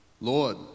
Lord